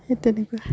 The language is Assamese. সেই তেনেকুৱা